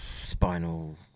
spinal